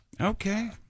Okay